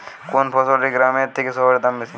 কোন ফসলের গ্রামের থেকে শহরে দাম বেশি?